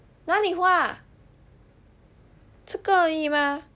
哪里花这个而已吗